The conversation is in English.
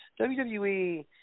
WWE